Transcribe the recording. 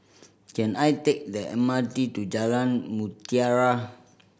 can I take the M R T to Jalan Mutiara